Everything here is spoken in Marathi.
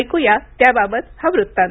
ऐक्या त्याबाबत हा वृत्तांत